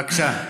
בבקשה.